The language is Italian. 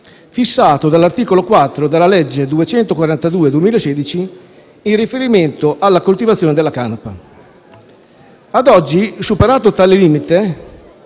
fissato dall'articolo 4 della legge n. 242 del 2016 in riferimento alla coltivazione della canapa. Ad oggi, superato tale limite,